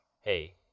Hey